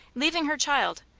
leaving her child,